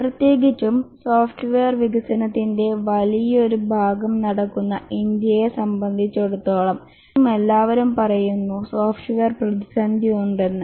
പ്രത്യേകിച്ചും സോഫ്റ്റ്വെയർ വികസനത്തിന്റെ വലിയൊരു ഭാഗം നടക്കുന്ന ഇന്ത്യയെ സംബന്ധിച്ചിടത്തോളം പക്ഷെ എന്നിട്ടും എല്ലാവരും പറയുന്നു സോഫ്റ്റ്വെയർ പ്രതിസന്ധിയുണ്ടെന്ന്